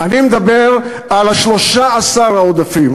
אני מדבר על ה-13 העודפים.